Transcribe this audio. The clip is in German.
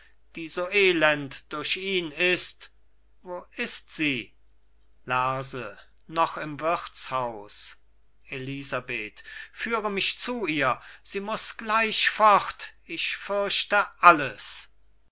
die so elend durch ihn ist wo ist sie lerse noch im wirtshaus elisabeth führe mich zu ihr sie muß gleich fort ich fürchte alles